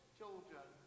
children